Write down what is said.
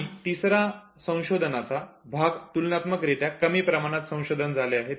आणि तिसरा संशोधनाचा भाग तुलनात्मक रित्या कमी प्रमाणावर संशोधन झाले आहे